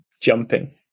jumping